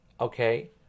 Okay